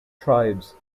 tribes